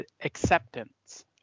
acceptance